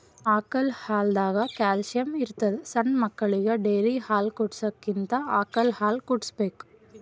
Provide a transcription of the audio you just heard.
ಆಕಳ್ ಹಾಲ್ದಾಗ್ ಕ್ಯಾಲ್ಸಿಯಂ ಇರ್ತದ್ ಸಣ್ಣ್ ಮಕ್ಕಳಿಗ ಡೇರಿ ಹಾಲ್ ಕುಡ್ಸಕ್ಕಿಂತ ಆಕಳ್ ಹಾಲ್ ಕುಡ್ಸ್ಬೇಕ್